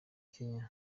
kenya